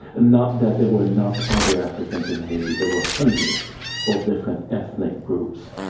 and not that there were not other africans in haiti. there were hundreds of different ethnic groups.